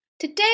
Today